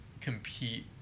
compete